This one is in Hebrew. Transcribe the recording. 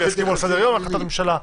ויסכימו על סדר-יום להחלטת ממשלה.